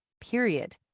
period